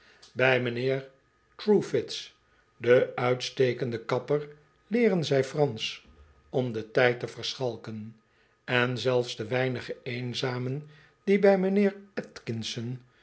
truefitts den uitstekenden kapper leeren zij fransch om den tn'd te verschalken en zelfs de weinige eenzamen die bij mijnheer